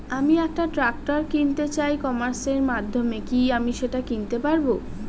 আমি একটা ট্রাক্টর কিনতে চাই ই কমার্সের মাধ্যমে কি আমি সেটা কিনতে পারব?